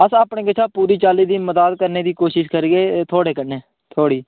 अस अपने कशा पूरी चाल्ली दी मदाद करने दी कोशिश करगे थुआढ़े कन्नै थुआढ़ी